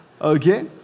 okay